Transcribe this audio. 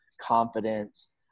confidence